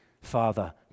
Father